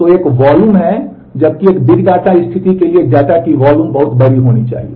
तो एक वॉल्यूम बहुत बहुत बड़ी होनी चाहिए